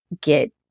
get